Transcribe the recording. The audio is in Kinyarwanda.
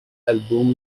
album